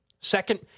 Second